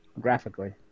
Graphically